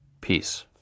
Peace